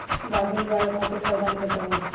गाभिन गाय खातिर सावधानी बताई?